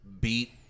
beat